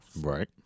Right